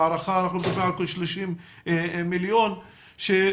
בהערכה אנחנו מדברים על כ-30 מיליון שמסיבות